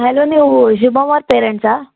hello ನೀವು ಶುಭಮ್ ಅವ್ರ ಪೇರೆಂಟ್ಸಾ